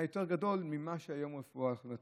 יותר גדול ממה שהיום הרפואה יכולה לתת,